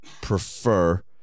prefer